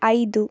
ಐದು